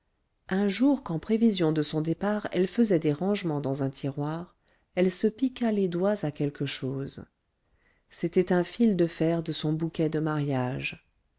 un jour qu'en prévision de son départ elle faisait des rangements dans un tiroir elle se piqua les doigts à quelque chose c'était un fil de fer de son bouquet de mariage